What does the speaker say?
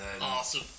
Awesome